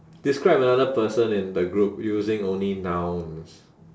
describe another person in the group using only nouns